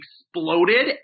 exploded